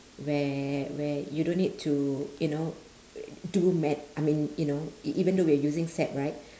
where where you don't need to you know do math I mean you know e~ even though we're using SEP right